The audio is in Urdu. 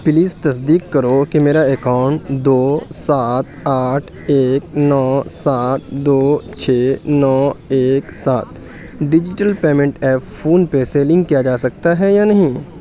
پلیز تصدیق کرو کہ میرا اکاؤنٹ دو سات آٹھ ایک نو سات دو چھ نو ایک سات digital payment app PhonePe سے لنک کیا جا سکتا ہے یا نہیں